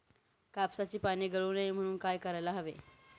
कापसाची पाने गळू नये म्हणून काय करायला हवे?